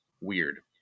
weird